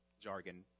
jargon